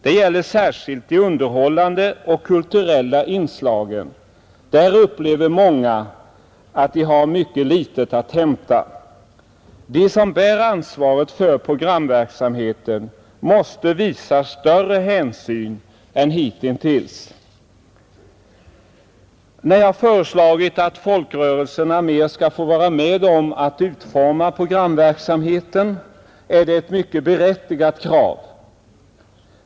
Detta gäller särskilt de underhållande och kulturella inslagen. Där upplever många att de har mycket litet att hämta. De som bär ansvaret för programverksamheten måste visa större hänsyn än hittills. När jag har föreslagit att folkrörelserna skall få vara med mera att utforma programverksamheten, så är det ett mycket berättigat krav.